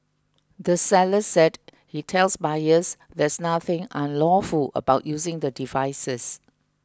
the seller said he tells buyers there's nothing unlawful about using the devices